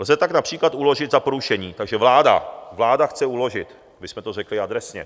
Lze tak například uložit za porušení... takže vláda, vláda chce uložit, abychom to řekli adresně.